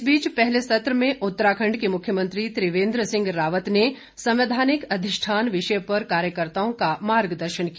इस बीच पहले सत्र में उत्तराखंड के मुख्यमंत्री त्रिवेंद्र सिंह रावत ने संवैधानिक अधिष्ठान विषय पर कार्यकर्त्ताओं का मार्गदर्शन किया